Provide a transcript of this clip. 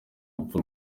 rupfu